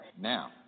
Now